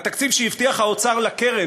מהתקציב שהבטיח האוצר לקרן,